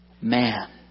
man